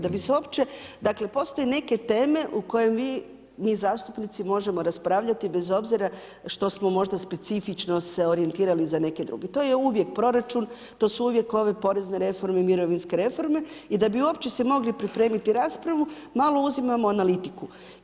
Da bi se opće, dakle postoje neke teme u kojem vi, mi zastupnici možemo raspravljati bez obzira što smo možda specifično se orijentirali za neke druge, to je uvijek proračun, to su uvijek ove porezne reforme i mirovinske reforme i da bi uopće se mogli pripremiti raspravu, malo uzimamo analitiku.